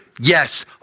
Yes